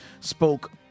spoke